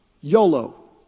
YOLO